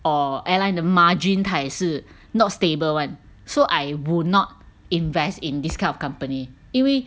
or airline 的 margin 它也是是 not stable [one] so I will not invest in this kind of company 因为